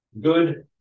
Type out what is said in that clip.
good